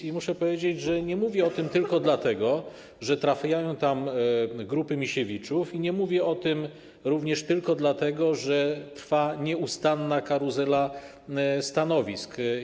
I muszę powiedzieć, że nie mówię o tym tylko dlatego, że trafiają tam grupy Misiewiczów, i nie mówię o tym również tylko dlatego, że trwa nieustanna karuzela stanowisk.